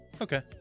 Okay